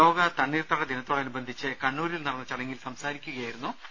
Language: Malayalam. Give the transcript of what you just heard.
ലോക തണ്ണീർത്തട ദിനത്തോടനുബന്ധിച്ച് കണ്ണൂരിൽ നടന്ന ചടങ്ങിൽ സംസാരിക്കുകയായിരുന്നു മന്ത്രി